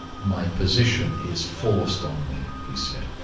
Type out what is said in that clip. my position is forced on me, he said.